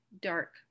dark